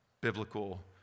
biblical